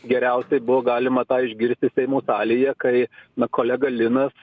geriausiai buvo galima tą išgirsti seimo salėje kai na kolega linas